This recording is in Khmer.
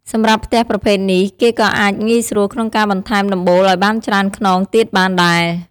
សម្រាប់ផ្ទះប្រភេទនេះគេក៏អាចងាយស្រួលក្នុងការបន្ថែមដំបូលឱ្យបានច្រើនខ្នងទៀតបានដែល។